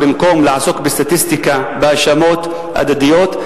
במקום לעסוק בסטטיסטיקה ובהאשמות הדדיות,